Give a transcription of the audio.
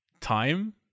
time